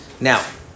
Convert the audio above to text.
Now